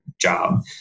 job